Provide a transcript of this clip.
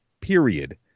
period